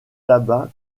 tabac